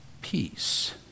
peace